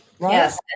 Yes